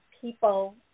people